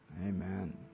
Amen